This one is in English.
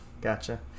Gotcha